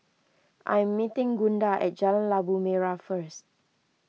I am meeting Gunda at Jalan Labu Merah first